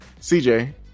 CJ